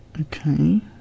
Okay